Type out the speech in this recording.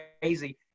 crazy